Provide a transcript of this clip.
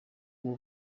uwo